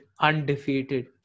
Undefeated